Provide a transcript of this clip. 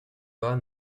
bas